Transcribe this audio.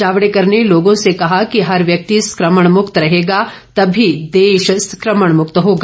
जावड़ेकर ने लोगों से कहा कि हर व्यक्ति संक्रमण मुक्त रहेगा तभी देश संक्रमण मुक्त होगा